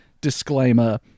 disclaimer